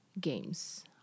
games